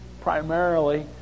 primarily